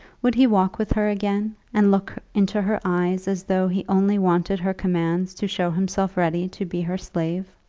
would he walk with her again, and look into her eyes as though he only wanted her commands to show himself ready to be her slave?